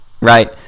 right